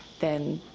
then,